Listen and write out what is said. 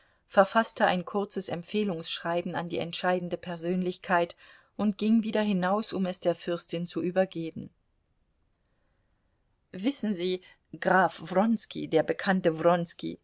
verfaßte ein kurzes empfehlungsschreiben an die entscheidende persönlichkeit und ging wieder hinaus um es der fürstin zu übergeben wissen sie graf wronski der bekannte